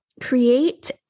create